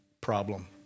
problem